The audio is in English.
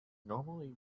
normally